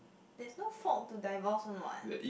there is no fault to divorce [one] [what]